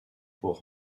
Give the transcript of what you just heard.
pour